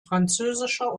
französischer